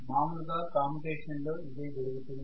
మాములుగా కామ్యుటేషన్ లో ఇదే జరుగుతుంది